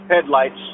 headlights